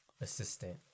assistant